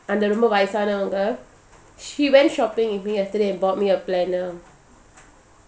அந்தரொம்பவயசானவங்க:andha romba vayasanavanga she went shopping with me yesterday and bought me a planner